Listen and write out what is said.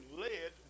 led